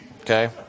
Okay